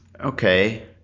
Okay